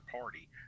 party